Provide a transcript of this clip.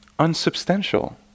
unsubstantial